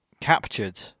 captured